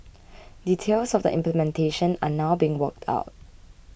details of the implementation are now being worked out